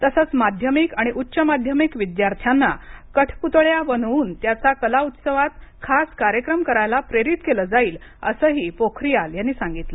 तसच माध्यमिक आणि उच्च माध्यमिक विद्यार्थांना कठपुतळ्या बनवून त्याचा कला उत्सवात खास कार्यक्रम करायला प्रेरित केलं जाईल असं ही पोखरीयाल यांनी सांगितल